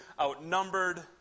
outnumbered